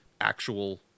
actual